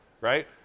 right